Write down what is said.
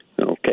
Okay